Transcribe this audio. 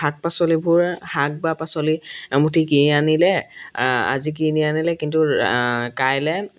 শাক পাচলিবোৰ শাক বা পাচলি মুঠি কিনি আনিলে আজি কিনি আনিলে কিন্তু কাইলৈ